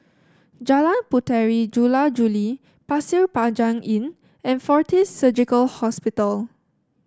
Jalan Puteri Jula Juli Pasir Panjang Inn and Fortis Surgical Hospital